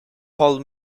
hall